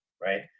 right